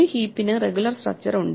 ഒരു ഹീപ്പിന് regular structure ഉണ്ട്